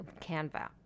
Canva